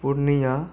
Purnia